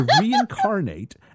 reincarnate